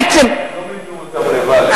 הם לא מימנו אותן לבד.